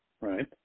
right